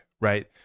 right